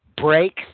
breaks